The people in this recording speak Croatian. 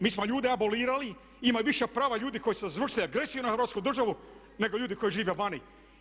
Mi smo ljude abolirali i imaju više prava ljudi koji su izvršili agresiju na Hrvatsku državu nego ljudi koji žive vani.